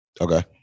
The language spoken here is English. okay